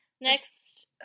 Next